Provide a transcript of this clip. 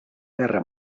guerra